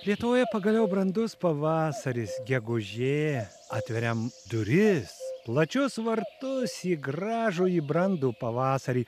lietuvoje pagaliau brandus pavasaris gegužė atveriam duris plačius vartus į gražųjį brandų pavasarį